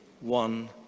one